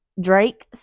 Drake